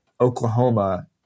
Oklahoma